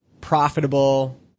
profitable